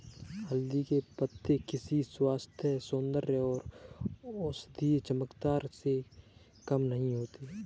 हल्दी के पत्ते किसी स्वास्थ्य, सौंदर्य और औषधीय चमत्कार से कम नहीं होते